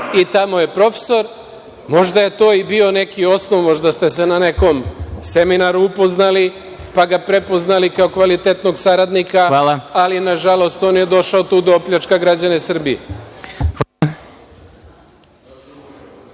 i tamo je profesor? Možda je to i bio osnov, možda ste se na nekom seminaru upoznali, pa ga prepoznali kao kvalitetnog saradnika, ali nažalost on je došao tu da opljačka građane Srbije.